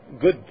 good